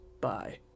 Bye